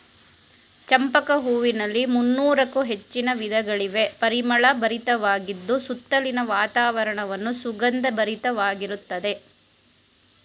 ಚಂಪಕ ಹೂವಿನಲ್ಲಿ ಮುನ್ನೋರಕ್ಕು ಹೆಚ್ಚಿನ ವಿಧಗಳಿವೆ, ಪರಿಮಳ ಭರಿತವಾಗಿದ್ದು ಸುತ್ತಲಿನ ವಾತಾವರಣವನ್ನು ಸುಗಂಧ ಭರಿತವಾಗಿರುತ್ತದೆ